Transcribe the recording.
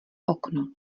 okno